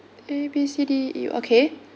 A B C D E okay